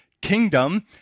kingdom